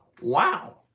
wow